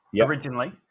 originally